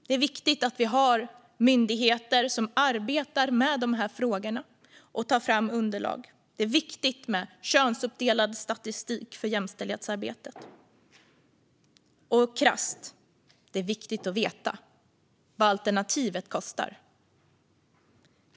Det är viktigt att vi har myndigheter som arbetar med de här frågorna och tar fram underlag. Det är viktigt med könsuppdelad statistik för jämställdhetsarbete. Och krasst: Det är viktigt att veta vad alternativet kostar.